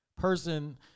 person